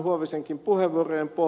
palmin ja ed